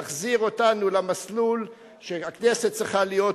תחזיר אותנו למסלול שהכנסת צריכה להיות בו,